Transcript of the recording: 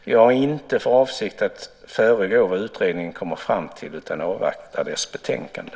Jag har inte för avsikt att föregå vad utredningen kommer fram till utan avvaktar dess betänkande.